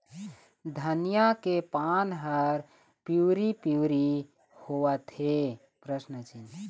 धनिया के पान हर पिवरी पीवरी होवथे?